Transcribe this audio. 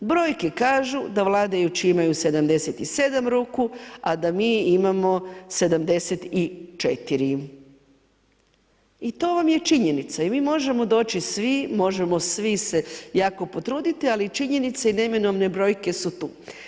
Brojke kažu da vladajući imaju 77 ruku, a da mi imamo 74. i to vam je činjenica i mi možemo doći svi, možemo svi se jako potruditi, ali činjenice i neminovne brojke su tu.